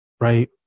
right